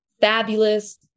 fabulous